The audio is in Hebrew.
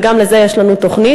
וגם לזה יש לנו תוכנית.